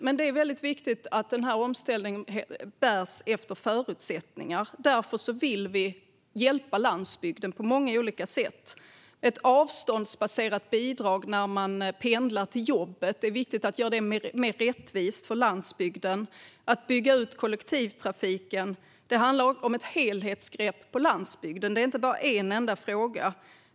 Men det är mycket viktigt att denna omställning bärs efter förutsättningar. Därför vill vi hjälpa landsbygden på många olika sätt, bland annat med ett avståndsbaserat bidrag för dem som pendlar till jobbet. Det är viktigt att detta görs mer rättvist för landsbygden. Det handlar om att bygga ut kollektivtrafiken och om ett helhetsgrepp på landsbygden. Det är inte bara en enda fråga.